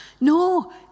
no